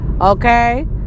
okay